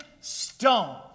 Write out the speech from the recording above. stone